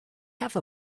have